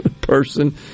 person